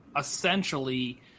essentially